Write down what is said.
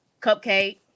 cupcake